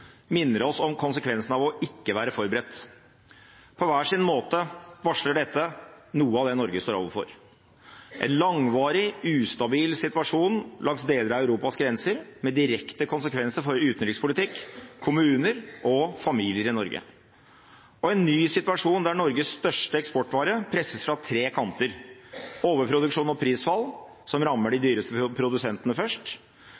minner oss om konsekvensen av ikke å være forberedt. På hver sin måte varsler dette noe av det Norge står overfor – en langvarig, ustabil situasjon langs deler av Europas grenser med direkte konsekvenser for utenrikspolitikk, kommuner og familier i Norge, og en ny situasjon der Norges største eksportvare presses fra tre kanter: overproduksjon og prisfall som rammer de dyreste produsentene først